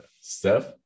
Steph